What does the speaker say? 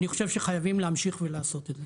אני חושב שחייבים להמשיך ולעשות את זה.